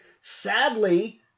sadly